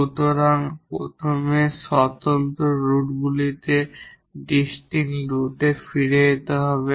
সুতরাং প্রথমে ডিস্টিংক্ট রুটগুলিতে ফিরে যেতে হবে